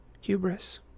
hubris